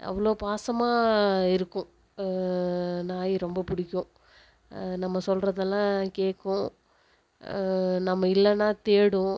அவ்வளோ பாசமாக இருக்கும் நாய் ரொம்ப பிடிக்கும் நம்ம சொல்கிறதெல்லாம் கேட்கும் நம்ம இல்லைனா தேடும்